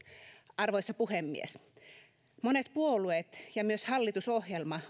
arvoisa puhemies monet puolueet ja myös hallitusohjelma